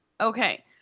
Okay